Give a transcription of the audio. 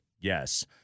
Yes